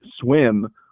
swim